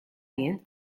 jien